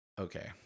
Okay